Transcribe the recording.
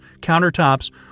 countertops